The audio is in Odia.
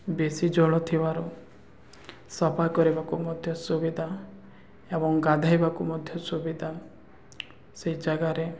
ବେଶୀ ଜଳ ଥିବାରୁ ସଫା କରିବାକୁ ମଧ୍ୟ ସୁବିଧା ଏବଂ ଗାଧୋଇବାକୁ ମଧ୍ୟ ସୁବିଧା ସେହି ଜାଗାରେ